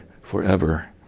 forever